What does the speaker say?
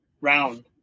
round